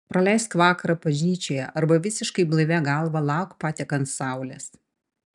praleisk vakarą bažnyčioje arba visiškai blaivia galva lauk patekant saulės